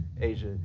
Asia